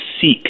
seek